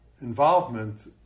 involvement